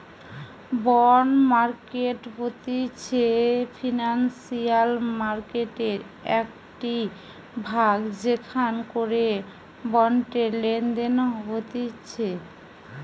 bond market হতিছে financial মার্কেটের একটিই ভাগ যেখান করে বন্ডের লেনদেন হতিছে